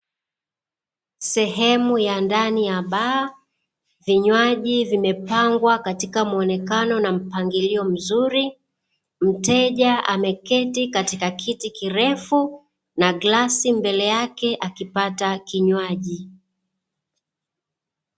Sehemu ya ndani ya baa vinywaji vimepangwa katika mpangilio na muonekano mzuri, mteja ameketi katika kiti kirefu na glasi mbele yake akipata kinywaji.